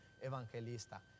evangelista